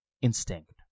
instinct